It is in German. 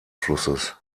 flusses